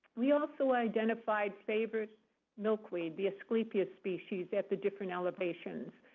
we also identified favorite milkweed, the asclepias species, at the different elevations.